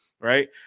Right